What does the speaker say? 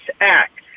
act